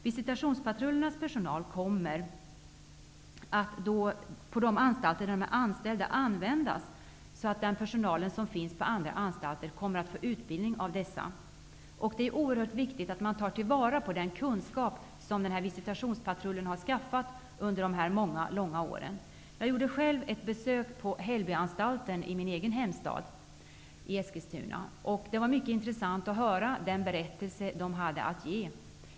Visitationspatrullernas personal kommer att användas på de anstalter där de är anställda så, att den personal som finns på andra anstalter får utbildning av den. Det är oerhört viktigt att man tar till vara den kunskap som visitationspatrullen har skaffat sig under många, långa år. Jag har själv gjort ett besök på Hällbyanstalten i min hemstad Eskilstuna. Det var mycket intressant att höra det man hade att berätta.